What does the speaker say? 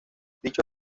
dicho